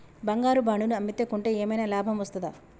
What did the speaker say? బంగారు బాండు ను అమ్మితే కొంటే ఏమైనా లాభం వస్తదా?